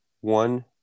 one